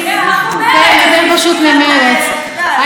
אבל אני לא חושבת כך ולא אמרתי את זה.